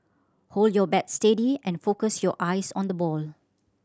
hold your bat steady and focus your eyes on the ball